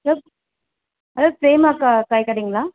hello hello Prema அக்கா காய்கடைங்களா